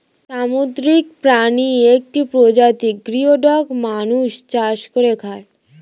সামুদ্রিক প্রাণীর একটি প্রজাতি গিওডক মানুষ চাষ করে খায়